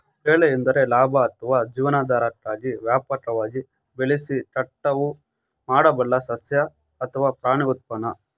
ಬೆಳೆ ಎಂದರೆ ಲಾಭ ಅಥವಾ ಜೀವನಾಧಾರಕ್ಕಾಗಿ ವ್ಯಾಪಕವಾಗಿ ಬೆಳೆಸಿ ಕಟಾವು ಮಾಡಬಲ್ಲ ಸಸ್ಯ ಅಥವಾ ಪ್ರಾಣಿ ಉತ್ಪನ್ನ